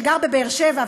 שגר בבאר שבע,